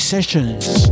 Sessions